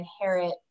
inherit